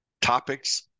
topics